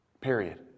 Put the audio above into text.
Period